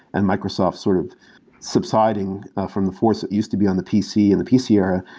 and microsoft sort of subsiding from the force, it used to be on the pc and the pc era.